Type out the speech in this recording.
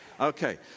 Okay